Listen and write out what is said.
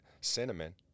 cinnamon